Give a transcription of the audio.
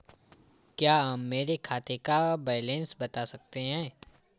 क्या आप मेरे खाते का बैलेंस बता सकते हैं?